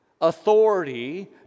Authority